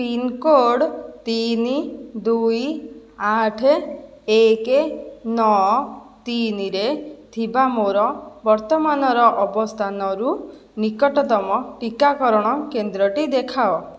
pincode ତିନି ଦୁଇ ଆଠ ଏକ ନଅ ତିନିରେ ଥିବା ମୋର ବର୍ତ୍ତମାନର ଅବସ୍ଥାନରୁ ନିକଟତମ ଟିକାକରଣ କେନ୍ଦ୍ରଟି ଦେଖାଅ